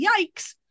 yikes